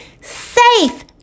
Safe